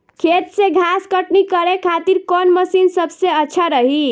खेत से घास कटनी करे खातिर कौन मशीन सबसे अच्छा रही?